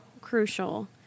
crucial